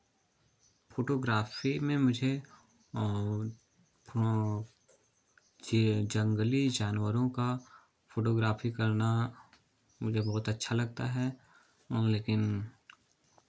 photography में मुझे जे जंगली जानवरों का फ़ोटोग्राफी करना मुझे बहुत अच्छा लगता है और लेकिन